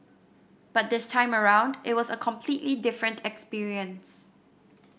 but this time around it was a completely different experience